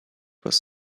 was